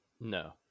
No